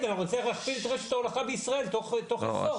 היום אני אצליח להכפיל את רשת ההולכה בישראל תוך עשור,